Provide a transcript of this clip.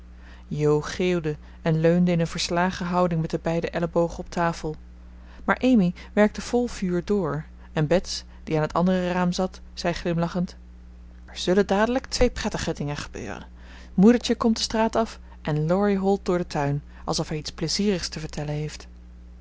en leunde in een verslagen houding met de beide ellebogen op tafel maar amy werkte vol vuur door en bets die aan het andere raam zat zei glimlachend er zullen dadelijk twee prettige dingen gebeuren moedertje komt de straat af en laurie holt door den tuin alsof hij iets plezierigs te vertellen heeft